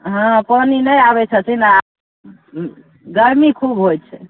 हँ पान नहि आबै छथिन आ गर्मी खूब होइ छै